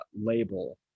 label